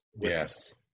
Yes